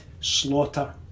slaughter